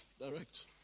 direct